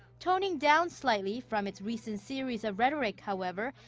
toning down slightly from its recent series of rhetoric, however,